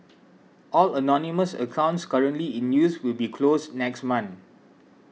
all anonymous accounts currently in use will be closed next month